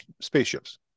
spaceships